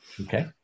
Okay